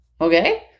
Okay